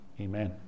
Amen